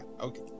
Okay